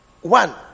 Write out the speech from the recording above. One